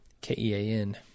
K-E-A-N